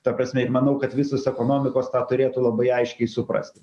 ta prasme ir manau kad visos ekonomikos tą turėtų labai aiškiai suprasti